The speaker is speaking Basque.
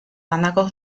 bandako